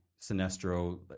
Sinestro